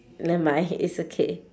never mind it's okay